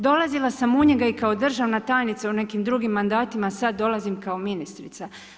Dolazila sam u njega i kao državna tajnica u nekim drugim mandatima, sad dolazim kao ministrica.